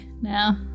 now